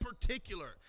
particular